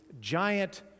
giant